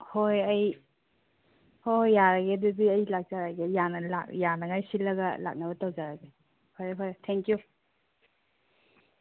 ꯍꯣꯏ ꯑꯩ ꯍꯣꯏ ꯍꯣꯏ ꯌꯥꯔꯒꯦ ꯑꯗꯨꯗꯤ ꯑꯩ ꯂꯥꯛꯆꯔꯒꯦ ꯌꯥꯅꯉꯥꯏ ꯁꯤꯜꯂꯒ ꯂꯥꯛꯅꯕ ꯇꯧꯖꯔꯒꯦ ꯐꯔꯦ ꯐꯔꯦ ꯊꯦꯡꯛ ꯌꯨ